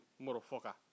motherfucker